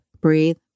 breathe